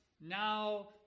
now